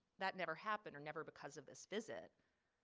that never happened or never because of this visit,